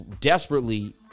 desperately